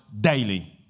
daily